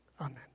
Amen